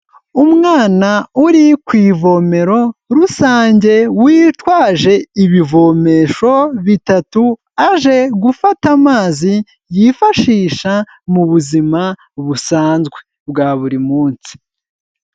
Umwana uri ku ivomero rusange witwaje ibivomesho bitatu aje gufata amazi yifashisha mu buzima busanzwe bwa buri munsi.